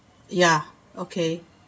ya okay